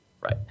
right